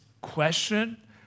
question